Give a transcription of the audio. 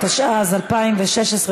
16), התשע"ז 2016,